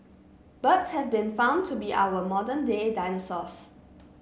birds have been found to be our modern day dinosaurs